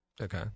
Okay